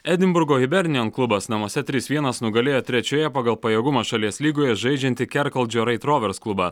edinburgo hibernian klubas namuose trys vienas nugalėjo trečioje pagal pajėgumą šalies lygoje žaidžiantį kerkaldžio reit rovers klubą